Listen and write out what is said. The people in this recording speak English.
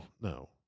no